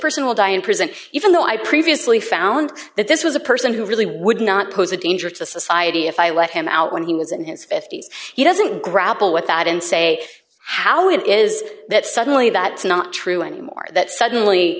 person will die in prison even though i previously found that this was a person who really would not pose a danger to society if i let him out when he was in his fifty's he doesn't grapple with that and say how it is that suddenly that's not true anymore that suddenly